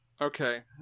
Okay